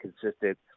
consistent